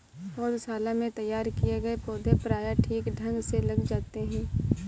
पौधशाला में तैयार किए गए पौधे प्रायः ठीक ढंग से लग जाते हैं